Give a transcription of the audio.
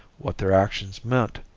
what their actions meant.